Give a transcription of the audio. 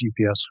GPS